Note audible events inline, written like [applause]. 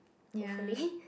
hopefully [noise]